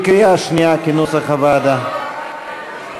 כנוסח הוועדה, קריאה שנייה.